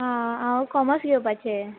आं हांव कॉमर्स घेवपाचें